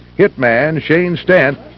hit man shane stant,